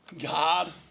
God